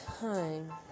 time